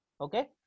okay